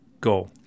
Go